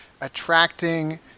attracting